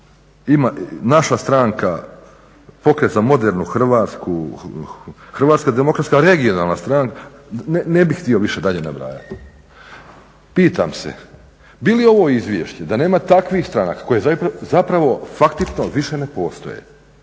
Naša stranka, Pokret za modernu Hrvatsku, Hrvatska demokratska regionalna stranaka, ne bih htio više dalje nabrajati. Pitam se bi li ovo izvješće da nema takvih stranka koje zapravo faktično više ne postoje.